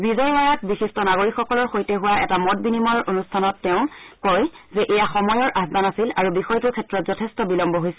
বিজয়বাড়াত বিশিষ্ট নাগৰিকসকলৰ সৈতে হোৱা এটা মত বিনিময়ৰ অনুষ্ঠানত তেওঁ কয় যে এয়া সময়ৰ আহান আছিল আৰু বিষয়টোৰ ক্ষেত্ৰত যথেষ্ট বিলম্ব হৈছিল